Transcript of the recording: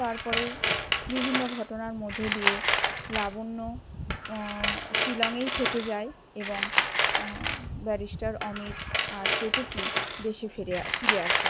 তারপরে বিভিন্ন ঘটনার মধ্য দিয়ে লাবণ্য শিলংয়েই থেকে যায় এবং ব্যারিস্টার অমিত আর কেতকি দেশে ফিরে আসে